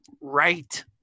right